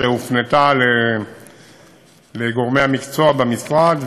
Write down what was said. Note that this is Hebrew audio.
הופנתה לגורמי המקצוע במשרד,